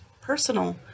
Personal